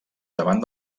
davant